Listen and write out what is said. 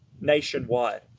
nationwide